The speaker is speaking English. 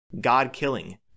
God-killing